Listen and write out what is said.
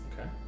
Okay